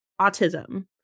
autism